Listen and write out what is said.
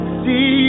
see